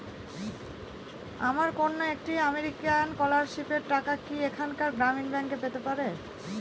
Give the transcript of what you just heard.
আমার কন্যা একটি আমেরিকান স্কলারশিপের টাকা কি এখানকার গ্রামীণ ব্যাংকে পেতে পারে?